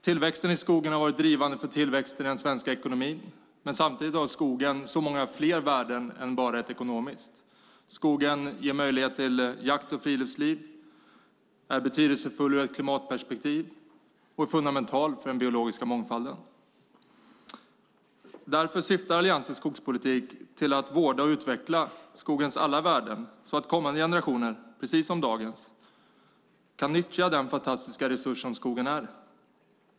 Tillväxten i skogen har varit drivande för tillväxten i den svenska ekonomin, men samtidigt har skogen så många fler värden än bara det ekonomiska. Skogen ger möjlighet till jakt och friluftsliv, är betydelsefull ur ett klimatperspektiv och fundamental för den biologiska mångfalden. Därför syftar Alliansens skogspolitik till att vårda och utveckla skogens alla värden så att kommande generationer, precis som dagens, kan nyttja den fantastiska resurs som skogen är.